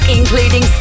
including